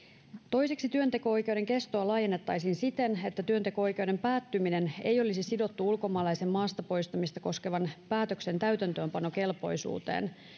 toiseksi työnteko oikeuden kestoa laajennettaisiin siten että työnteko oikeuden päättyminen ei olisi sidottu ulkomaalaisen maasta poistamista koskevan päätöksen täytäntöönpanokelpoisuuteen